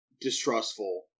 distrustful